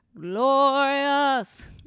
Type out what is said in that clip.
glorious